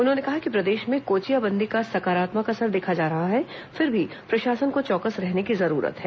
उन्होंने कहा कि प्रदेश में कोचियाबंदी का सकारात्मक असर देखा जा रहा है फिर भी प्रशासन को चौकस रहने की जरूरत है